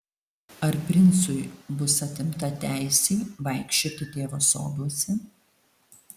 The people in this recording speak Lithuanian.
ar princui bus atimta teisė vaikščioti tėvo soduose